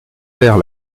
faire